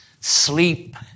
Sleep